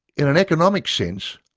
in an economic sense,